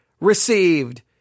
received